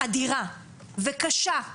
אדירה וקשה,